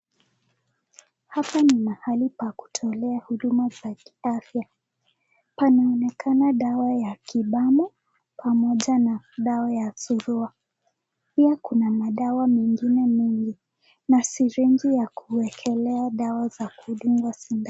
Hapa ni mahali pa kutolea huduma za kiafya. Panaonekana dawa ya kibanu pamoja na dawa ya surua, pia kuna madawa mengine mengi na syringi ya kuwekelea dawa za kudunga sindano.